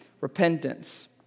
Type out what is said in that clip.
repentance